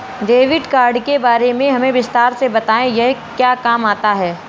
Debit card के बारे में हमें विस्तार से बताएं यह क्या काम आता है?